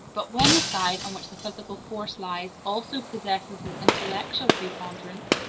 but when the side on which the physical force lies, also possesses an intellectual preponderance,